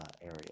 area